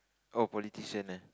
oh politician ah